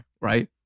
Right